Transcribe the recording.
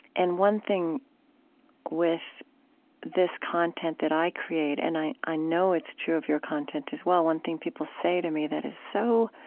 and one thing with this content that i create and i i know it's true of your content as well, one thing people say to me that is so